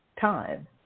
time